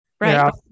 Right